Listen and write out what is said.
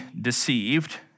deceived